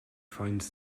finds